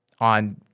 on